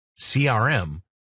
CRM